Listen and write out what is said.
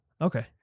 Okay